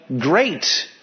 Great